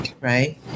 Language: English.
right